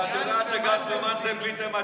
אבל את יודעת שגנץ ומנדלבליט הם אלה,